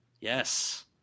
Yes